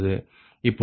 இப்பொழுது 1min46